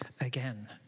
again